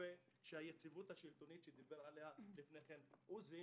מקווה שהיציבות השלטונית שדיבר עליה לפני כן עוזי,